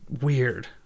weird